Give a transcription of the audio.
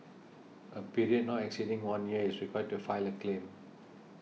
a period not exceeding one year is required to file a claim